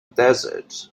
desert